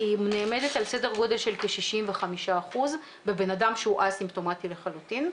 היא נעמדת על סדר גודל של כ-65% בבן אדם שהוא אסימפטומטי לחלוטין,